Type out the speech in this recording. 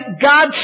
God